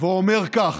ואומר כך: